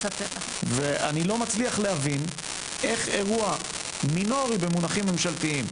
אני לא מצליח להבין איך אירוע מינורי במונחים ממשלתיים,